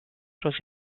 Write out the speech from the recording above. დროს